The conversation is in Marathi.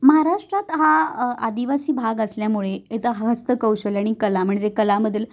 महाराष्ट्रात हा आदिवासी भाग असल्यामुळे इथं हस्तकौशल्य आणि कला म्हणजे कलामधील